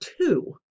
two